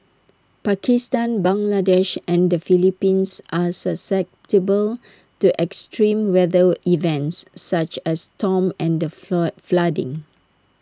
Pakistan Bangladesh and the Philippines are susceptible to extreme weather events such as storms and floor flooding